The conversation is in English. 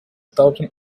thousand